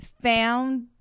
found